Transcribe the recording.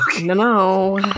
No